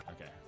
Okay